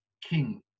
King